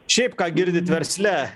šiaip ką girdit versle